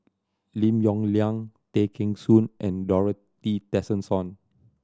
Lim Yong Liang Tay Kheng Soon and Dorothy Tessensohn